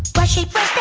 brushy-brush,